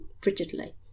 frigidly